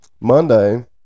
Monday